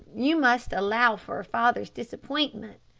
you must allow for father's disappointment.